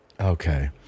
Okay